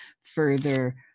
further